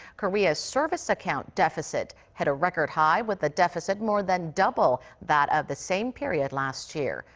korea's service account deficit hit a record high, with the deficit more than double that of the same period last year.